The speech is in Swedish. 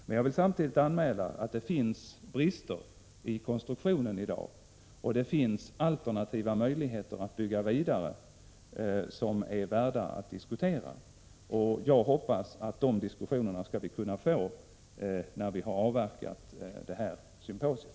Men jag vill samtidigt anmäla att det finns brister i konstruktionen i dag, och det finns alternativa möjligheter att bygga vidare som är värda att diskutera. Jag hoppas att vi skall kunna föra de diskussionerna när vi har avverkat det aktuella symposiet.